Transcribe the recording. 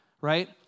right